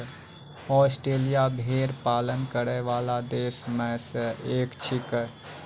Australia भेड़ पालन करै वाला देश म सें एक छिकै